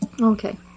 Okay